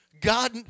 god